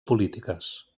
polítiques